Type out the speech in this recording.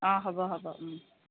অঁ হ'ব হ'ব